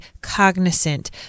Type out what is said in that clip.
cognizant